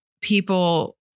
people